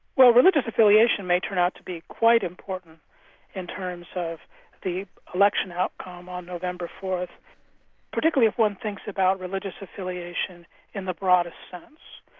well religious affiliation may turn out to be quite important in terms of the election outcome on november fourth particularly if one thinks about religious affiliation in the broadest sense.